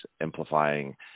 amplifying